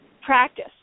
practice